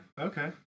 okay